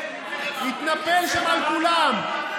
התנפל שם על כולם,